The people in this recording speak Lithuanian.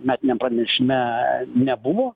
metiniam pranešime nebuvo